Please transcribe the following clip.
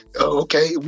Okay